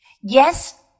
Yes